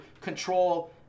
control